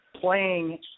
playing